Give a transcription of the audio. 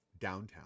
Downtown